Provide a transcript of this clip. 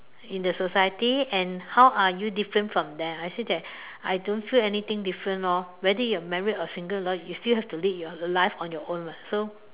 in the society and how are you different from them I say that I don't feel anything different lor whether you are married or single you still have to lead your life on your own [what] so